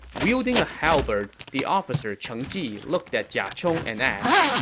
wielding a halberd, the officer cheng ji looked at jia chong and asked,